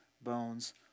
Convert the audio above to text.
bones